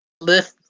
lift